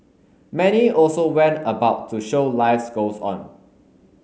many also went about to show lives goes on